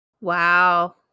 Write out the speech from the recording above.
Wow